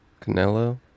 Canelo